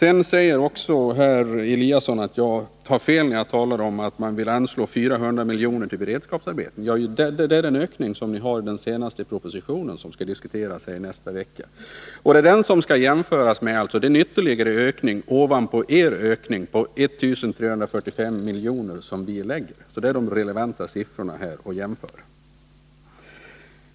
Ingemar Eliasson sade att jag hade fel, när jag talade om att man vill anslå 400 miljoner till beredskapsarbeten. Men det är den ökning som ni har i den senaste propositionen, som skall diskuteras här i riksdagen nästa vecka. Och det är den som skall jämföras med den ytterligare ökning ovanpå er ökning med 1 345 miljoner som vi föreslår. Det är dessa siffror som det är relevant att jämföra.